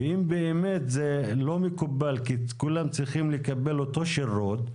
אם זה לא מקובל וכולם צריכים לקבל את אותו שירות,